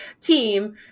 team